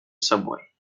subway